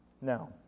now